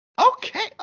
Okay